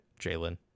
Jalen